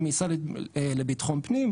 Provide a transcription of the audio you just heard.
זה לא שמשרדי הממשלה לא מדברים ביניהם,